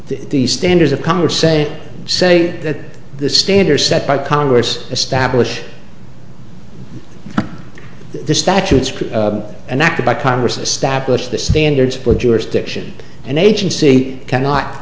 the standards of commerce a say that the standards set by congress establish the statutes and act by congress establish the standards for jurisdiction an agency cannot